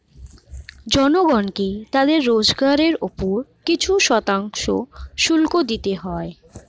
জনগণকে তাদের রোজগারের উপর কিছু শতাংশ শুল্ক দিতে হয়